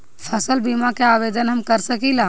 फसल बीमा के आवेदन हम कर सकिला?